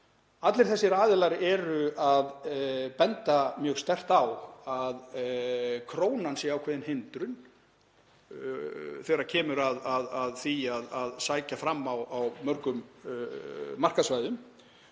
allir þessir aðilar benda mjög sterkt á að krónan sé ákveðin hindrun þegar kemur að því að sækja fram á mörgum markaðssvæðum.